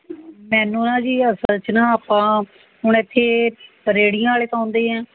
ਮੈਨੂੰ ਨਾ ਜੀ ਅਸਲ 'ਚ ਨਾ ਆਪਾਂ ਹੁਣ ਇੱਥੇ ਰਿਹੜੀਆਂ ਵਾਲੇ ਤਾਂ ਆਉਂਦੇ ਹੈ